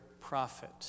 prophet